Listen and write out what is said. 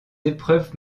épreuves